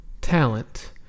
talent